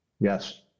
Yes